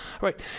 right